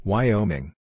Wyoming